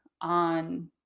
on